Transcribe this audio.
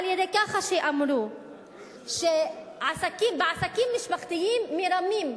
על-ידי כך שאמרו שבעסקים משפחתיים מרמים,